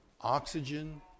oxygen